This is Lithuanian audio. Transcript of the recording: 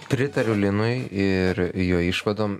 pritariu linui ir jo išvadom